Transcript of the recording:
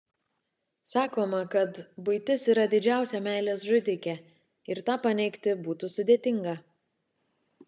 sakoma kad buitis yra didžiausia meilės žudikė ir tą paneigti būtų sudėtinga